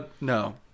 no